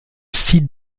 site